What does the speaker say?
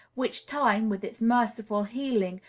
which time, with its merciful healing,